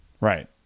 Right